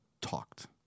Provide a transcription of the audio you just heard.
talked